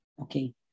okay